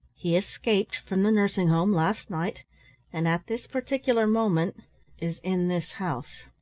he escaped from the nursing home last night and at this particular moment is in this house.